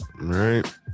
right